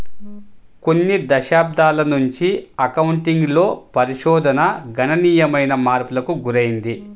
కొన్ని దశాబ్దాల నుంచి అకౌంటింగ్ లో పరిశోధన గణనీయమైన మార్పులకు గురైంది